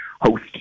host